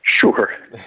Sure